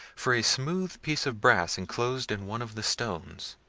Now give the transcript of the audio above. for a smooth piece of brass enclosed in one of the stones.